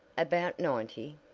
about ninety?